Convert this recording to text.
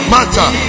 Matter